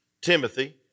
Timothy